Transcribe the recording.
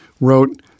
wrote